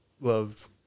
Love